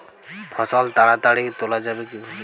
ফসল তাড়াতাড়ি তোলা যাবে কিভাবে?